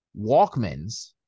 Walkman's